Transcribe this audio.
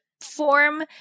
form